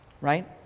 Right